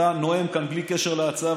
אתה נואם כאן בלי קשר להצעה,